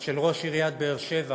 של ראש עיריית באר-שבע